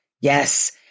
Yes